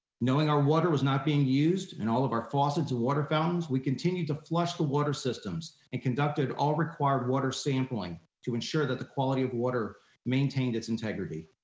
knowing our water was not being used and all of our faucets and water fountains, we continued to flush the water systems and conducted all required water sampling to ensure that the quality of water maintained its integrity.